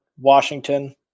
Washington